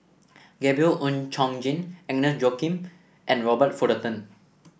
Gabriel Oon Chong Jin Agnes Joaquim and Robert Fullerton